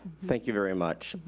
thank you very much.